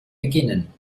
beginnen